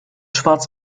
schwarz